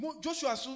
Joshua